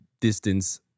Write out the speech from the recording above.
distance